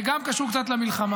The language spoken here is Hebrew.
זה גם קשור קצת למלחמה.